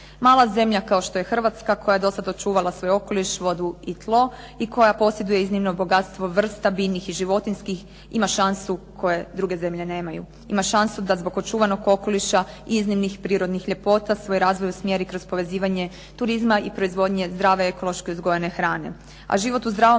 Mala zemlja kao što je Hrvatska, koja je dosad očuvala svoj okoliš, vodu i tlo, i koja posjeduje iznimno bogatstvo vrsta biljnih i životinjskih ima šansu koju druge zemlje nemaju. Ima šansu da zbog očuvanog okoliša i iznimnih prirodnih ljepota svoj razvoj usmjeri kroz povezivanje turizma i proizvodnje zdrave ekološki uzgojene hrane. A život u zdravom